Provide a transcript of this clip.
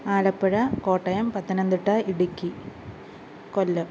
Alappuzha Kottayam Pathanamthitta Idukki Kollam